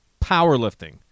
Powerlifting